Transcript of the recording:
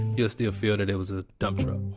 you'll still feel that it was a dump truck.